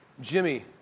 Jimmy